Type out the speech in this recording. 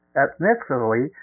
ethnically